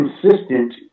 consistent